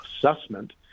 assessment